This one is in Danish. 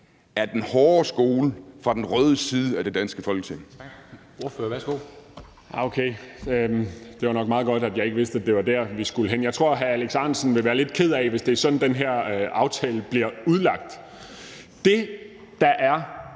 af den hårde skole fra den røde side af det danske Folketing.